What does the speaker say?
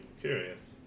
Curious